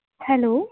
hello